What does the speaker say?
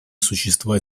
существа